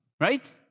Right